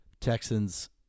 Texans